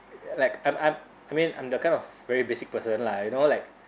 like I'm I'm I mean I'm the kind of very basic person lah you know like